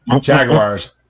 Jaguars